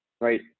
right